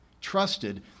trusted